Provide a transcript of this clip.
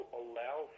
allow